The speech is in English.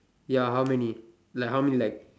ya how many like how many like